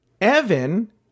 Evan